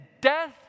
death